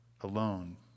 alone